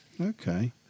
okay